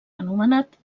anomenat